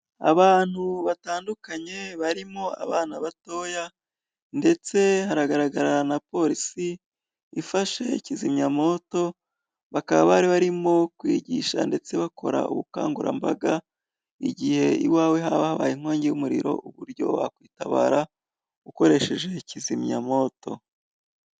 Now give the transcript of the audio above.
Abantu batandukanye barimo abana batoya, ndetse hagaragararana na polisi ifashe kizimyamwoto bakaba bari barimo kwigisha, ndetse bakora ubukangurambaga igihe iwawe haba habaye inkongi y'umuriro uburyo wakwitabara ukoresheje kizimyamwoto.